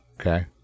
Okay